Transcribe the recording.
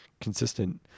consistent